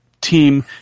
team